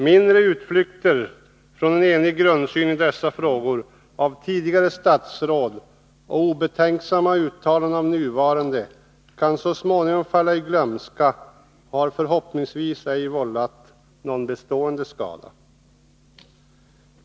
Mindre utflykter från en enig grundsyn i dessa frågor av tidigare statsråd och obetänksamma uttalanden av nuvarande kan så småningom falla i glömska och har förhoppningsvis ej vållat någon bestående skada.